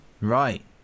right